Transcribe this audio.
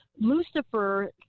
lucifer